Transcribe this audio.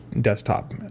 desktop